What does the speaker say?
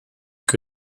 que